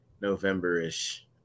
November-ish